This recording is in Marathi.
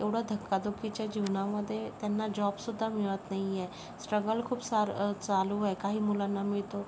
एवढं धकाधकीच्या जीवनामधे त्यांना जॉबसुद्धा मिळत नाही आहे स्ट्रगल खूप सारं चालू आहे काही मुलांना मिळतो